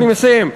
אני מסיים.